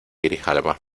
grijalba